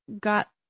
got